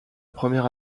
première